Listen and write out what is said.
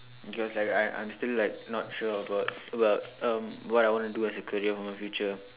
he was like I I'm still like not sure about about um what I want to do as a career for my future